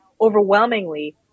overwhelmingly